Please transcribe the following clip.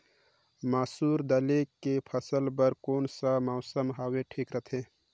मसुर बदले के फसल बार कोन सा मौसम हवे ठीक रथे?